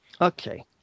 Okay